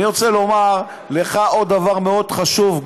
אני רוצה לומר לך עוד דבר מאוד חשוב,